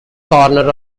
corner